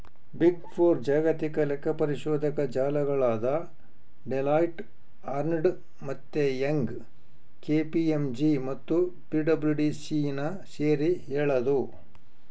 big four ಜಾಗತಿಕ ಲೆಕ್ಕಪರಿಶೋಧಕ ಜಾಲಗಳಾದ ಡೆಲಾಯ್ಟ್, ಅರ್ನ್ಸ್ಟ್ ಮತ್ತೆ ಯಂಗ್, ಕೆ.ಪಿ.ಎಂ.ಜಿ ಮತ್ತು ಪಿಡಬ್ಲ್ಯೂಸಿನ ಸೇರಿ ಹೇಳದು